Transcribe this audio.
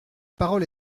parole